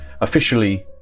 officially